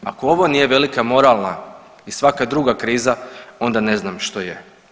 Ako ovo nije velika moralna i svaka druga kriza, onda ne znam što je.